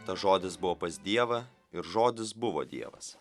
tas žodis buvo pas dievą ir žodis buvo dievas